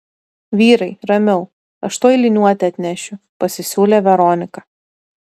vyrai ramiau aš tuoj liniuotę atnešiu pasisiūlė veronika